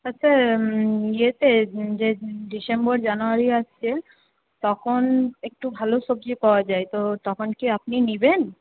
আচ্ছা ইয়েতে যে ডিসেম্বর জানুয়ারি আসছে তখন একটু ভালো সবজি পাওয়া যায় তো তখন কি আপনি নেবেন